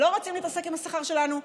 לא רוצים להתעסק עם השכר שלנו,